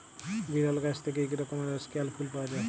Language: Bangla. বিরল গাহাচ থ্যাইকে ইক রকমের ইস্কেয়াল ফুল পাউয়া যায়